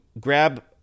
grab